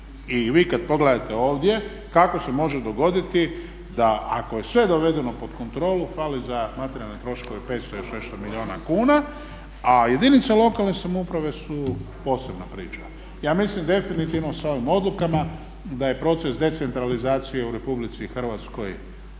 I kad vi pogledate ovdje kako se može dogoditi da ako je sve dovedeno pod kontrolu fali za materijalne troškove 500 i još nešto milijuna kuna, a jedinice lokalne samouprave su posebna priča. Ja mislim definitivno sa ovim odlukama da je proces decentralizacije u RH završen